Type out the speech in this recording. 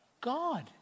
God